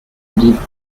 livres